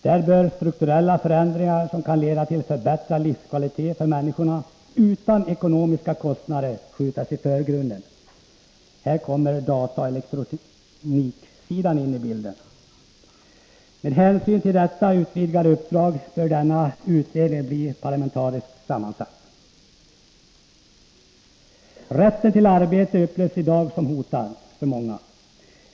Där bör strukturella förändringar som kan leda till förbättrad livskvalitet för människorna utan ekonomiska kostnader skjutas i förgrunden. Här kommer dataoch elektronikfrågorna in i bilden. Med hänsyn till detta utvidgade uppdrag bör utredningen bli parlamentariskt sammansatt. Rätten till arbete upplevs i dag som hotad.